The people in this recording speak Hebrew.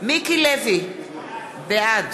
מיקי לוי, בעד